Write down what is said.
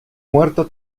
muerto